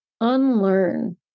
unlearn